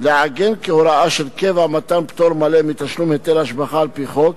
לעגן כהוראה של קבע מתן פטור מלא מתשלום היטל השבחה על-פי חוק